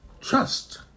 trust